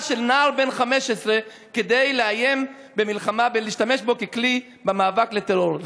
של נער בן 15 כדי לאיים במלחמה ולהשתמש בה ככלי במאבק בטרור.